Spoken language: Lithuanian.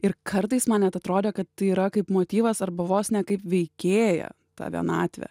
ir kartais man net atrodė kad tai yra kaip motyvas arba vos ne kaip veikėja tą vienatvę